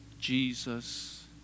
Jesus